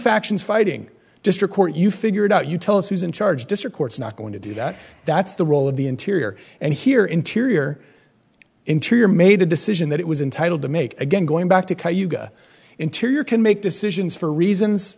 factions fighting district court you figure it out you tell us who's in charge district courts not going to do that that's the role of the interior and here interior interior made a decision that it was entitle to make again going back to interior can make decisions for reasons